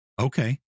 Okay